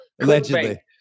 Allegedly